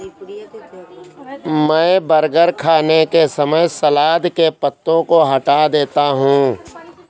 मैं बर्गर खाने के समय सलाद के पत्तों को हटा देता हूं